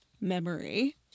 memory